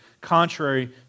contrary